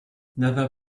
nether